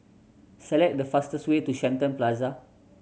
select the fastest way to Shenton Plaza